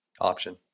option